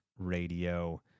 Radio